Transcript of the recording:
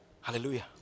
hallelujah